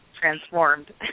transformed